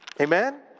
Amen